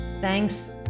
Thanks